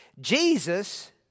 Jesus